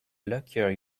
luckier